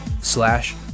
slash